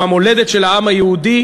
הם המולדת של העם היהודי.